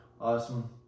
Awesome